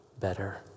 better